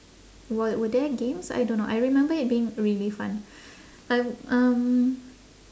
were were there games I don't know I remember it being really fun I um